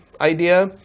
idea